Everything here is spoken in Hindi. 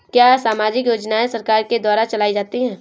क्या सामाजिक योजनाएँ सरकार के द्वारा चलाई जाती हैं?